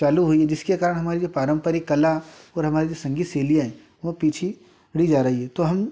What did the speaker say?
चालू हुई हैं जिसके कारण हमारी जो पारंपरिक कला और हमारी जो संगीत शैलियाँ हैं वो पीछे रही जा रही है तो हम